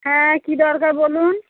হ্যাঁ কী দরকার বলুন